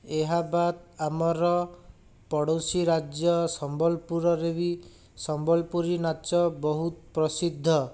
ଏହା ବାଦ୍ ଆମର ପଡ଼ୋଶୀ ରାଜ୍ୟ ସମ୍ବଲପୁରରେ ବି ସମ୍ବଲପୁରୀ ନାଚ ବହୁତ ପ୍ରସିଦ୍ଧ